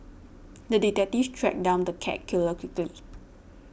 the detective tracked down the cat killer quickly